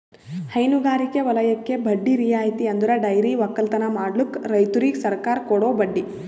ಹೈನಗಾರಿಕೆ ವಲಯಕ್ಕೆ ಬಡ್ಡಿ ರಿಯಾಯಿತಿ ಅಂದುರ್ ಡೈರಿ ಒಕ್ಕಲತನ ಮಾಡ್ಲುಕ್ ರೈತುರಿಗ್ ಸರ್ಕಾರ ಕೊಡೋ ಬಡ್ಡಿ